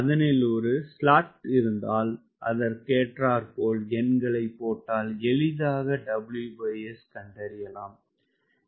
அதனில் ஒரு ஸ்லாட் இருந்தால் அதற்கேற்றார் போல் எண்களைப் போட்டால் எளிதாக WS கண்டறியலாம்